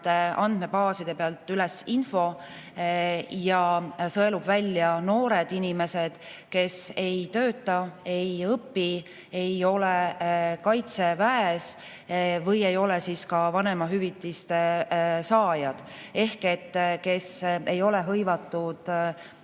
andmebaaside pealt üles info ja sõelub välja need noored inimesed, kes ei tööta, ei õpi, ei ole Kaitseväes ega ole ka vanemahüvitise saajad, ehk need, kes ei ole hõivatud